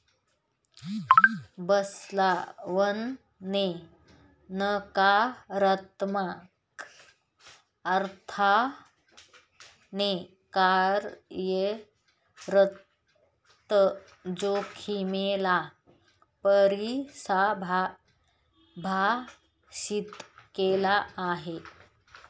Basel one ने नकारात्मक अर्थाने कार्यरत जोखिमे ला परिभाषित केलं आहे